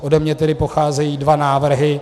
Ode mne tedy pocházejí dva návrhy.